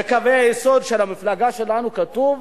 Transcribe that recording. בקווי היסוד של המפלגה שלנו כתוב: